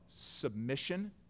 submission